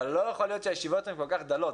אבל לא יכול להיות שהישיבות הן כל כך דלות.